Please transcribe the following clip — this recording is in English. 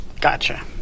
Gotcha